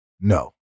No